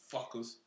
Fuckers